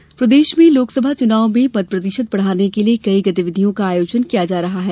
मतदान प्रतिशत प्रदेश में लोकसभा चुनाव में मत प्रतिशत बढ़ाने के लिये कई गतिविधियों को आयोजन किया जा रहा है